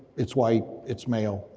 it's white, it's male.